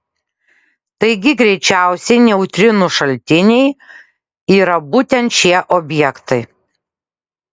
taigi greičiausiai neutrinų šaltiniai yra būtent šie objektai